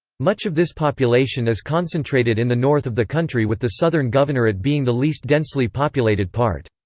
much of this population is concentrated in the north of the country with the southern governorate being the least densely populated part.